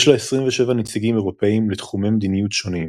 יש לה 27 נציבים אירופיים לתחומי מדיניות שונים,